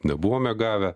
nebuvome gavę